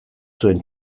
zuen